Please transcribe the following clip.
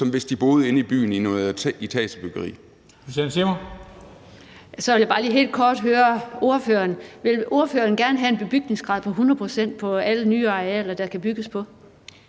som hvis de boede inde i byen i noget etagebyggeri.